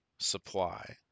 supply